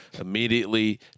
immediately